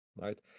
Right